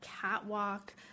catwalk